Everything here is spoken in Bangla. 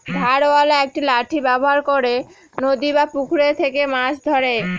ধারওয়ালা একটি লাঠি ব্যবহার করে নদী বা পুকুরে থেকে মাছ ধরে